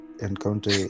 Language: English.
encounter